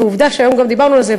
ועובדה שהיום גם דיברנו על זה,